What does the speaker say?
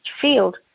field